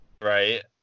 right